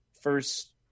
first